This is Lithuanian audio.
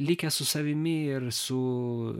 likę su savimi ir su